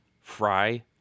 fry